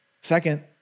Second